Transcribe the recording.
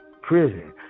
prison